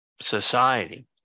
society